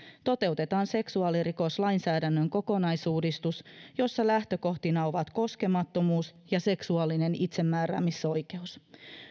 toteutetaan seksuaalirikoslainsäädännön kokonaisuudistus jossa lähtökohtina ovat koskemattomuus ja seksuaalinen itsemääräämisoikeus